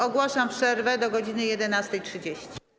Ogłaszam przerwę do godz. 11.30.